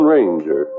Ranger